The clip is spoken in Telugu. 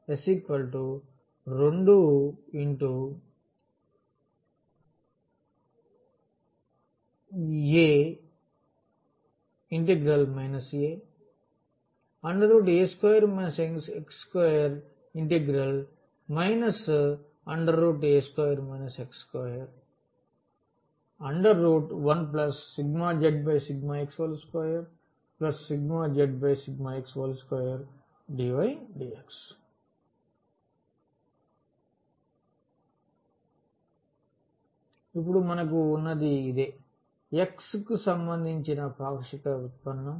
S 2 aa a2 x2a2 x21∂z∂x2∂z∂x2dydx ఇప్పుడు మనకు ఉన్నది అదే x సంబంధించిన పాక్షిక ఉత్పన్నం